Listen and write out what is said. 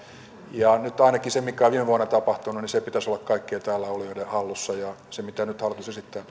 ja nyt ainakin sen mikä on viime vuonna tapahtunut pitäisi olla kaikkien täällä olevien hallussa ja sen mitä nyt hallitus esittää